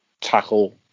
tackle